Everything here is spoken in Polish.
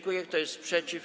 Kto jest przeciw?